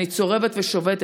אני צורבת ושובתת.